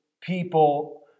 people